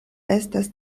estas